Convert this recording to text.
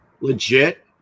Legit